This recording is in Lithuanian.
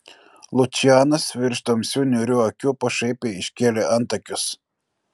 lučianas virš tamsių niūrių akių pašaipiai iškėlė antakius